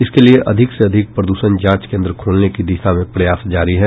इसके लिये अधिक से अधिक प्रदूषण जांच केंद्र खोलने की दिशा में प्रयास जारी है